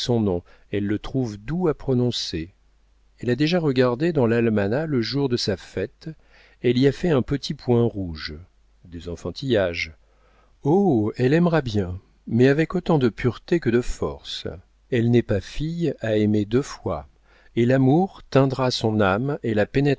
elle le trouve doux à prononcer elle a déjà regardé dans l'almanach le jour de sa fête elle y a fait un petit point rouge des enfantillages oh elle aimera bien mais avec autant de pureté que de force elle n'est pas fille à aimer deux fois et l'amour teindra son âme et la